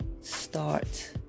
start